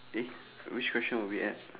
eh which question were we at